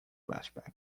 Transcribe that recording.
flashback